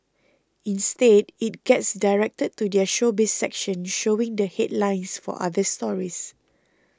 instead it gets directed to their Showbiz section showing the headlines for other stories